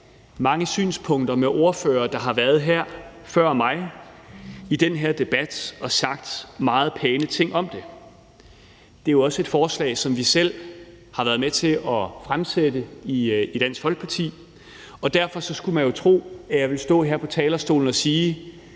mange synspunkter med ordførere, der har været heroppe før mig i den her debat og sagt meget pæne ting om det. Det er jo også et forslag, som vi selv har været med til at fremsætte i Dansk Folkeparti, og derfor skulle man jo tro, at jeg ville stå her på talerstolen og sige,